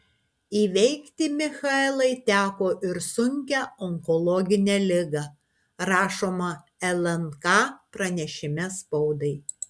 įveikti michaelai teko ir sunkią onkologinę ligą rašoma lnk pranešime spaudai